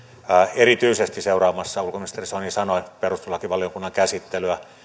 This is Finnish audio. erityisesti seuraamassa ulkoministeri soinin sanoin perustuslakivaliokunnan käsittelyä